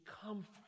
comfort